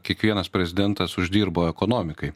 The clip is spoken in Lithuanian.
kiekvienas prezidentas uždirbo ekonomikai